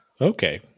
okay